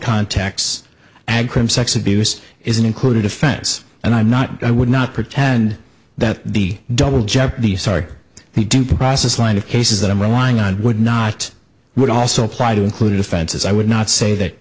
context and crim sex abuse isn't included offense and i'm not i would not pretend that the double jeopardy sorry we do process line of cases that i'm relying on would not would also apply to include offenses i would not say that